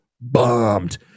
bombed